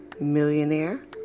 millionaire